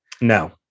No